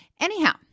Anyhow